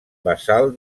basal